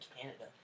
Canada